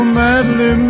madly